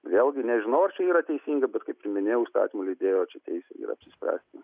vėlgi nežinau ar čia yra teisinga bet kaip minėjau įstatymų leidėjo čia teisė yra apsispręsti